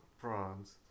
Prawns